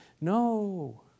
No